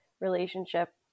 relationship